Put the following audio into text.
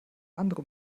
andere